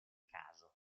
caso